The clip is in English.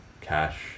Cash